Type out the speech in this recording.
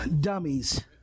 dummies